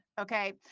Okay